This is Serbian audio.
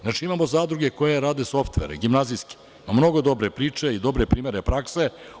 Znači, imamo zadruge koje rade softvere, gimnazijske, imamo mnogo dobre priče i dobre primere prakse.